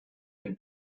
den